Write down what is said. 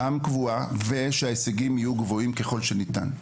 גם קבועה ושההישגים יהיו גבוהים ככל שניתן.